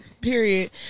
Period